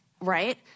Right